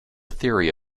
theory